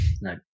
No